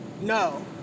No